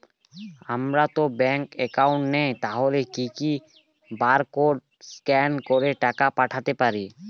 আমারতো bank account নেই তাহলে কি কি বারকোড স্ক্যান করে টাকা পাঠাতে পারি?